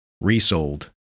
resold